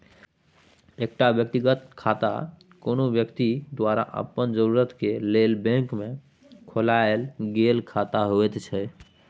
एकटा व्यक्तिगत खाता कुनु व्यक्ति द्वारा अपन जरूरत के लेल बैंक में खोलायल गेल खाता होइत छै